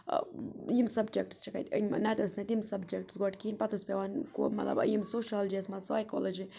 یِم سَبجیکٹٕس چھَکھ اَتہِ نَتہٕ ٲسۍ نَتہٕ یِم سَبجیکٹٕس گۄڈٕ کِہیٖنۍ پَتہٕ اوس پٮ۪وان کو مطلب یِم سوشالجی یَس منٛز سایکولجی